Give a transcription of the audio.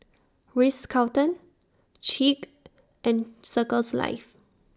Ritz Carlton Schick and Circles Life